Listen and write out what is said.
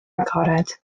agored